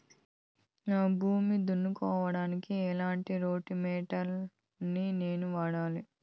నా భూమి దున్నుకోవడానికి ఎట్లాంటి రోటివేటర్ ని నేను వాడాలి?